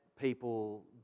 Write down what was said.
people